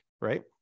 right